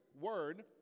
word